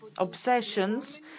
obsessions